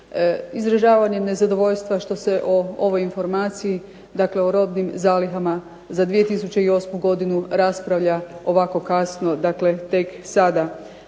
izražavanjem nezadovoljstva što se o ovoj informaciji, dakle o robnim zalihama za 2008. godinu raspravlja ovako kasno, dakle tek sada.